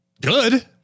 good